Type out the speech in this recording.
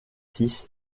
six